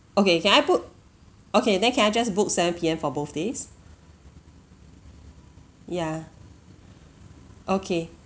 okay can I book okay then can I just book seven P_M for both days ya okay